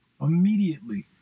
immediately